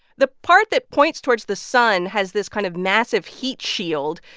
the part that points towards the sun has this kind of massive heat shield.